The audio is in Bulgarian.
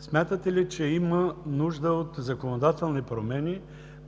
смятате ли, че има нужда от законодателни промени,